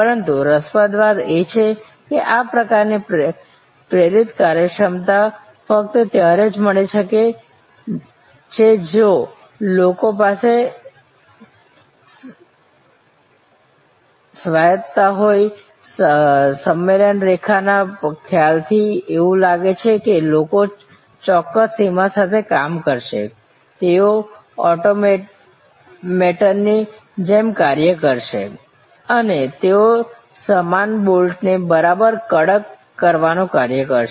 પરંતુ રસપ્રદ વાત એ છે કે આ પ્રકારની પ્રેરિત કાર્યક્ષમતા ફક્ત ત્યારે જ મળી શકે છે જો લોકો પાસે સ્વાયત્તતા હોય સંમેલન રેખા ના ખ્યાલથી એવું લાગે છે કે લોકો ચોક્કસ સીમા સાથે કામ કરશે તેઓ ઓટોમેટનની જેમ કાર્ય કરશે અને તેઓ સમાન બોલ્ટને બરાબર કડક કરવાનું કાર્ય કરશે